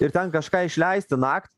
ir ten kažką išleisti naktį